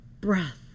breath